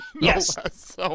Yes